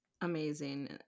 Amazing